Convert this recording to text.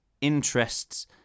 interests